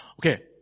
Okay